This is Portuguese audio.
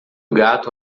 gato